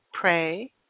pray